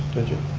did you?